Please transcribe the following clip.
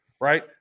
right